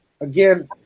again